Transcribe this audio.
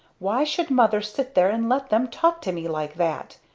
why should mother sit there and let them talk to me like that!